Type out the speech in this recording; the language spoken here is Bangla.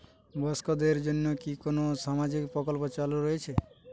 বয়স্কদের জন্য কি কোন সামাজিক প্রকল্প চালু রয়েছে?